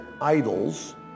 idols